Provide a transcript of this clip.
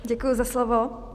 Děkuji za slovo.